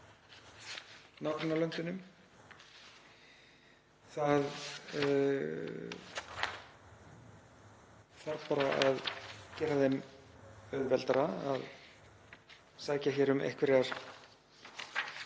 nágrannalöndunum; það þarf bara að gera þeim auðveldara að sækja um einhverja